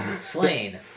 Slain